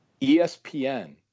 ESPN